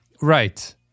Right